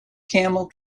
camel